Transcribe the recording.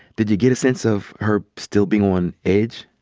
did you get a sense of her still being on edge?